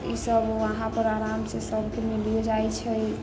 ईसब वहाँपर सबके आरामसँ मिलिओ जाइ छै